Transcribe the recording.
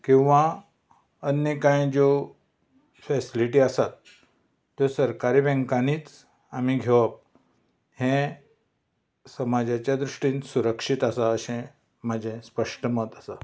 किंवा अन्य काही ज्यो फॅसिलिटी आसात त्यो सरकारी बँकांनीच आमी घेवप हें समाजाच्या दृश्टीन सुरक्षीत आसा अशें म्हजें स्पश्ट मत आसा